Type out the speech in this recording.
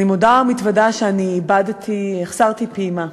אני מודה ומתוודה שהחסרתי פעימה,